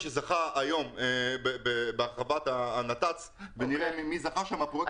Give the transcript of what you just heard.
שזכה היום בהרחבת הנת"צ ונראה מי זכה בפרויקטים.